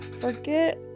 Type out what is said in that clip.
forget